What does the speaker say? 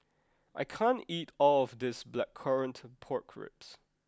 I can't eat all of this Blackcurrant Pork Ribs